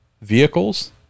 vehicles